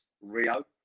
Rio